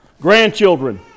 Grandchildren